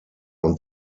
und